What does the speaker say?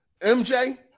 MJ